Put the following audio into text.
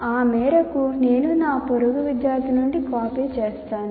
ఆ మేరకు నేను నా పొరుగు విద్యార్థి నుండి కాపీ చేస్తాను